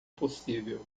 possível